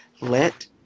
let